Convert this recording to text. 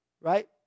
right